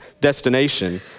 destination